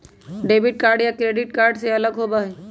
debit card credit card से अलग होबा हई